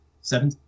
Seven